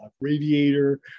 radiator